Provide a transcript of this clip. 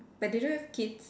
but they don't have kids